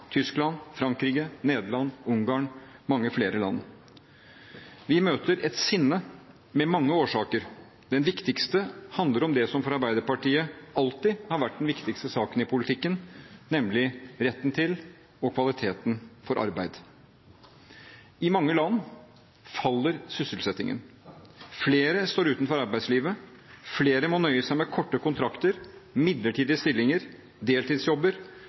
Tyskland, Frankrike, Nederland, Ungarn og mange flere land. Vi møter et sinne med mange årsaker. Den viktigste handler om det som for Arbeiderpartiet alltid har vært den viktigste saken i politikken, nemlig retten til og kvaliteten på arbeid. I mange land faller sysselsettingen. Flere står utenfor arbeidslivet. Flere må nøye seg med korte kontrakter, midlertidige stillinger, deltidsjobber,